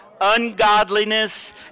ungodliness